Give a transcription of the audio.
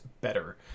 better